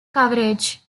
coverage